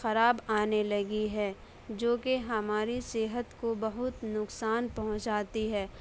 خراب آنے لگی ہے جو کہ ہماری صحت کو بہت نقصان پہنچاتی ہے